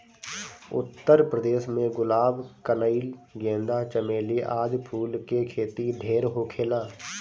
उत्तर प्रदेश में गुलाब, कनइल, गेंदा, चमेली आदि फूल के खेती ढेर होखेला